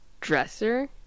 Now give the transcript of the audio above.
dresser